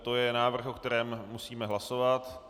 To je návrh, o kterém musíme hlasovat.